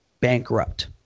bankrupt